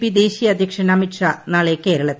P ദേശീയ അദ്ധ്യക്ഷൻ അമിത്ഷാ നാളെ കേരളത്തിൽ